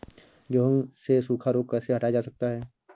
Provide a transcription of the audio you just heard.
गेहूँ से सूखा रोग कैसे हटाया जा सकता है?